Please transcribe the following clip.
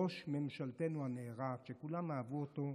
ראש ממשלתנו הנערץ שכולם אהבו אותו,